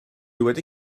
wedi